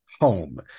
home